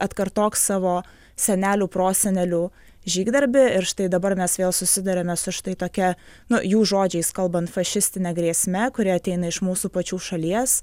atkartok savo senelių prosenelių žygdarbį ir štai dabar mes vėl susiduriame su štai tokia nu jų žodžiais kalbant fašistine grėsme kuri ateina iš mūsų pačių šalies